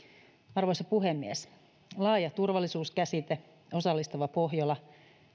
arvoisa puhemies laaja turvallisuuskäsite osallistava pohjola